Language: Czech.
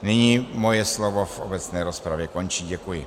Nyní moje slovo v obecné rozpravě končí, děkuji.